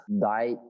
die